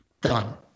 done